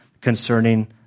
concerning